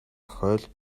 тохиолдол